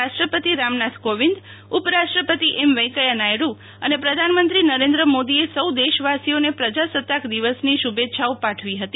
રાષ્ટ્રપતિ રામનાથ કોવિંદઉપરાષ્ટ્રપતિ એમ વૈકેયા નાયડુઅને પ્રધાનમંત્રી નરેન્દ્ર મોદીએ સૌ દેશવાસીઓને પ્રજાસતાક દિવસની શુભેચ્છઆઓ પાઠવી હતી